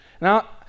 Now